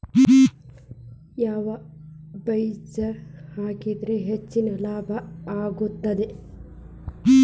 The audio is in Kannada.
ಯಾವ ಬೇಜ ಹಾಕಿದ್ರ ಹೆಚ್ಚ ಲಾಭ ಆಗುತ್ತದೆ?